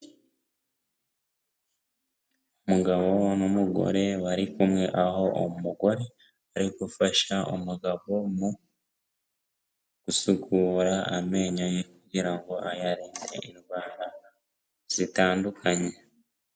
Umugabo n'umugore bari kumwe, aho umugore ari gufasha umugabo mu gusukura amenyo ye kugira ngo ayarinde indwara zitandukanye.